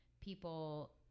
people